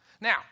Now